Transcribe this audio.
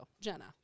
Jenna